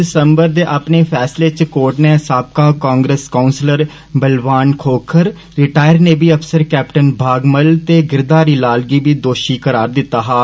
दिसम्बर दे अपने फैसले च कोर्ट ने साबका Congress councillor Balwan Khokhar retired navy अफसर कैप्टन भागमल ते गिरदारी लाल गी बी दोशी करार दिता हा